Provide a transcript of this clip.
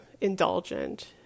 indulgent